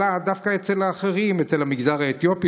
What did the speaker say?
עלה דווקא אצל האחרים: אצל המגזר האתיופי